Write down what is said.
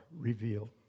revealed